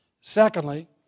Secondly